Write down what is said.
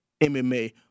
MMA